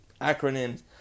acronyms